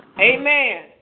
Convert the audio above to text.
Amen